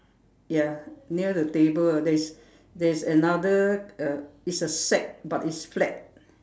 ya near the table there's there's another uh it's a sack but it's flat